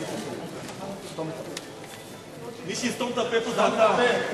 סתום את הפה, סתום את הפה.